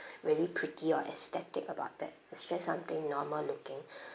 really pretty or aesthetic about that it's just something normal looking